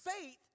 Faith